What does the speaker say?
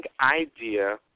idea